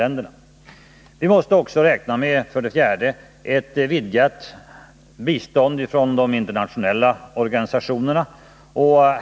För det fjärde måste vi också räkna med ett vidgat bistånd från de internationella organisationerna.